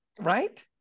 right